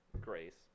grace